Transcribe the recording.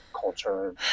culture